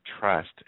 trust